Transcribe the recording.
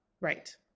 Right